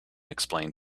explained